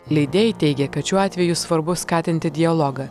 leidėjai teigė kad šiuo atveju svarbu skatinti dialogą